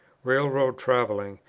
railroad travelling,